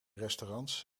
restaurants